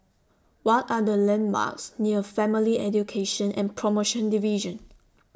What Are The landmarks near Family Education and promotion Division